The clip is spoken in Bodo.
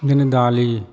बिदिनो दालि